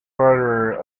further